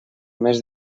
mes